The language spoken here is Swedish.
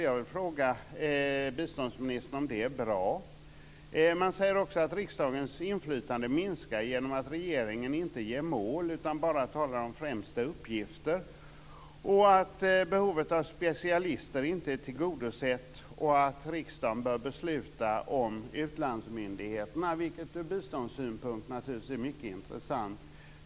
Jag vill fråga om biståndsministern tycker att det är bra. Man säger att riksdagens inflytande minskar genom att regeringen inte anger några mål utan bara talar om främsta uppgifter, vidare att behovet av specialister inte är tillgodosett samt att riksdagen bör besluta om utlandsmyndigheterna, vilket ur biståndets synpunkt naturligtvis är mycket intressant.